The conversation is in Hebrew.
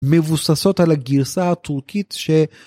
מבוססות על הגרסה הטורקית ש...